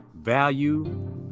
value